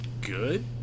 good